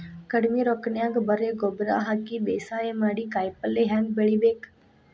ಕಡಿಮಿ ರೊಕ್ಕನ್ಯಾಗ ಬರೇ ಗೊಬ್ಬರ ಹಾಕಿ ಬೇಸಾಯ ಮಾಡಿ, ಕಾಯಿಪಲ್ಯ ಹ್ಯಾಂಗ್ ಬೆಳಿಬೇಕ್?